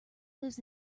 lives